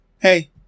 hey